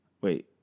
Wait